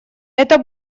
это